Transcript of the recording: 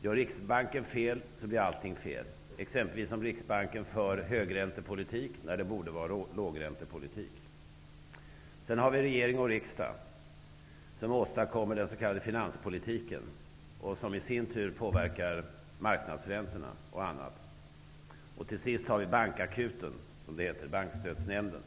Om Riksbanken gör fel blir allt fel, exempelvis om Riksbanken för högräntepolitik när det borde vara lågräntepolitik. Regering och riksdag åstadkommer den s.k. finanspolitiken, som i sin tur påverkar bl.a. marknadsräntorna. Till sist har vi den s.k. bankakuten, dvs. Bankstödsnämnden.